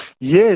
Yes